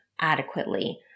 adequately